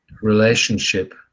relationship